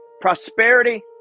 Prosperity